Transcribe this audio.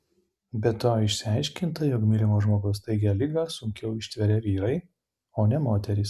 be to išsiaiškinta jog mylimo žmogaus staigią ligą sunkiau ištveria vyrai o ne moterys